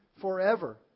forever